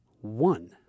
One